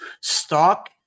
stock